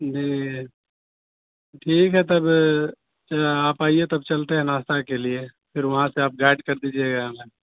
جی ٹھیک ہے تب چہ آپ آئیے تب چلتے ہیں ناشتہ کے لیے پھر وہاں سے آپ گائیڈ کر دیجیے گا ہمیں